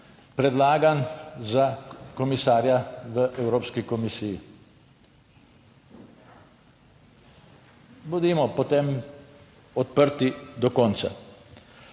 predlagan za komisarja v Evropski komisiji. Bodimo potem odprti do konca.